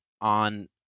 on